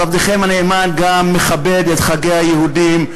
אז עבדכם הנאמן גם מכבד את חגי היהודים,